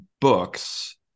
books